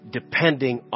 depending